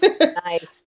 Nice